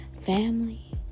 Family